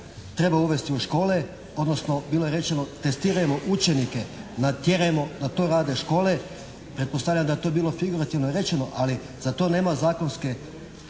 treba uvesti u škole, odnosno bilo je rečeno testirajmo učenike, natjerajmo da to rade škole, pretpostavljam da je to bilo figurativno rečeno, ali za to nema zakonske